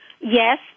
yes